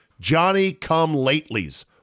Johnny-come-latelys